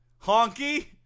honky